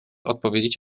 odpowiedzieć